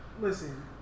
Listen